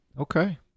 Okay